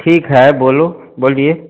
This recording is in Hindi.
ठीक है बोलो बोलिए